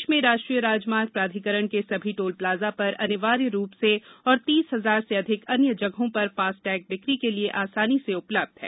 देश में राष्ट्रीय राजमार्ग प्राधिकरण के सभी टोल प्लाजा पर अनिवार्य रूप से और तीस हजार से अधिक अन्य जगहों पर फास्टैग बिक्री के लिए आसानी से उपलब्ध हैं